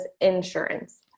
insurance